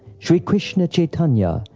shri krishna chaitanya!